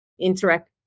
interact